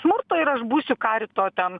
smurtą ir aš būsiu karito ten